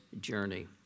journey